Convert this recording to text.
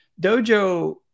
Dojo